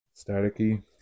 staticky